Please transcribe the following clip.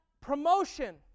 promotion